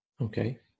Okay